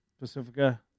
Pacifica